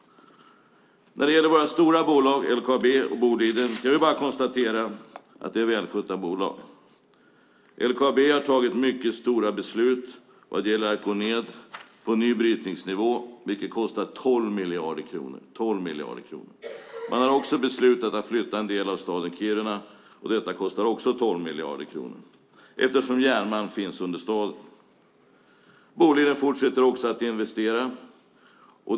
När det gäller våra stora bolag LKAB och Boliden är det bara att konstatera att det är välskötta bolag. LKAB har fattat mycket stora beslut att gå ned på ny brytningsnivå, vilket kostar 12 miljarder kronor. Man har också beslutat att flytta en del av staden Kiruna eftersom järnmalm finns under staden, och detta kostar också 12 miljarder kronor. Boliden fortsätter också att investera.